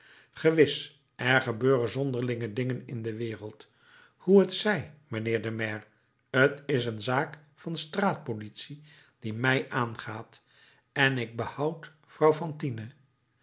gewis er gebeuren zonderlinge dingen in de wereld hoe het zij mijnheer de maire t is een zaak van straat politie die mij aangaat en ik behoud vrouw fantine